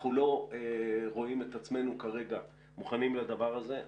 אנחנו לא רואים את עצמנו כגגע מוכנים לדבר הזה.